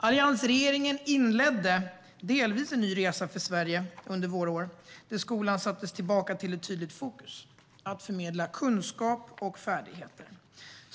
Alliansregeringen inledde delvis en ny resa för Sverige under våra år, där skolan skulle tillbaka till ett tydligt fokus: att förmedla kunskap och färdigheter.